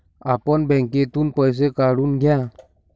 आपण बँकेतून पैसे काढून घ्या